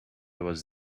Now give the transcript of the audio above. was